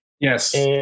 Yes